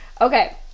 Okay